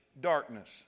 darkness